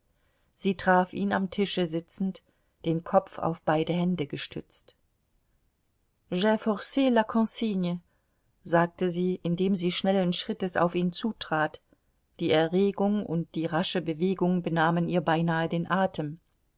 sie traf ihn am tische sitzend den kopf auf beide hände gestützt j'ai forc la consigne sagte sie indem sie schnellen schrittes auf ihn zutrat die erregung und die rasche bewegung benahmen ihr beinahe den atem